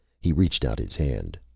he reached out his hand,